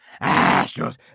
astros